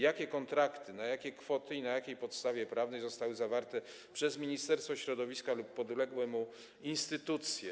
Jakie kontrakty, na jakie kwoty i na jakiej podstawie prawnej zostały zawarte przez Ministerstwo Środowiska lub podległe mu instytucje?